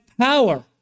power